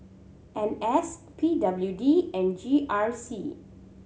N S P W D and G R C